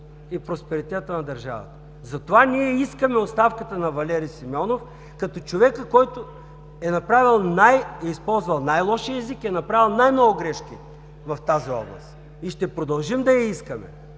и просперитета на държавата. Затова ние искаме оставката на Валери Симеонов, като човека, който е използвал най-лошия език и е направил най-много грешки в тази област. И ще продължим да я искаме,